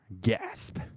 Gasp